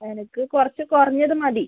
എനിക്ക് കുറച്ചു കുറഞ്ഞതുമതി